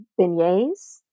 beignets